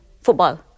football